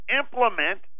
implement